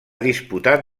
disputat